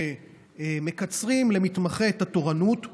כשמקצרים למתמחה את התורנות,